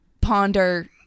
ponder